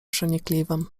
przenikliwym